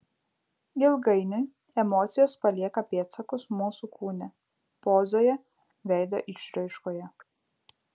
ilgainiui emocijos palieka pėdsakus mūsų kūne pozoje veido išraiškoje